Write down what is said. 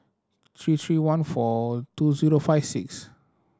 three three one four two zero five six